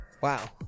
Wow